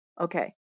Okay